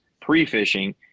pre-fishing